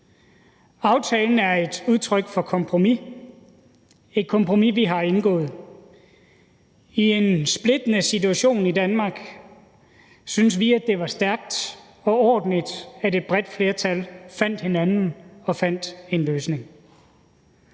Aftalen er et udtryk for kompromis – et kompromis, vi har indgået. I en splittende situation i Danmark syntes vi, at det var stærkt og ordentligt, at et bredt flertal fandt hinanden og fandt en løsning.